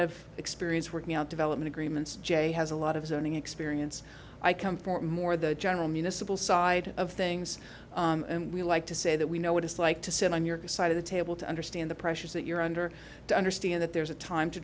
of experience working out development agreements jay has a lot of zoning experience i come from more the general municipal side of things and we like to say that we know what it's like to sit on your side of the table to understand the pressures that you're under to understand that there's a time to